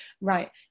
right